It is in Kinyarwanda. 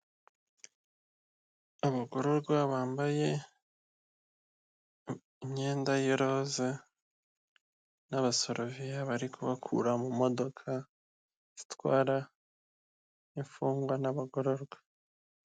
Abagororwa bambaye imyenda y'iroza n'abasoroviya bari kubakura mu modoka zitwara imfungwa n'abagororwa.